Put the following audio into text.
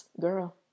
girl